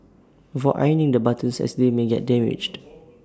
avoid ironing the buttons as they may get damaged